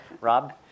Rob